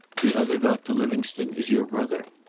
the other doctor livingstone is your brother?